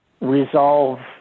resolve